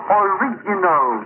original